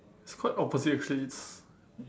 it's quite opposite actually it's